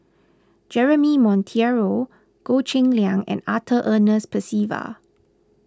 Jeremy Monteiro Goh Cheng Liang and Arthur Ernest Percival